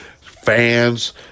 fans